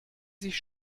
sich